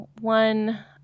one